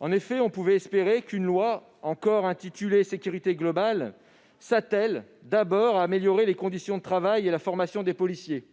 En effet, on pouvait espérer qu'une proposition de loi, encore intitulée « sécurité globale », s'attelle d'abord à améliorer les conditions de travail et la formation des policiers,